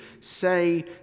say